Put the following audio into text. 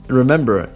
remember